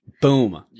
Boom